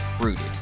Rooted